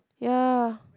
ya